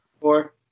Four